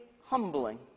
humbling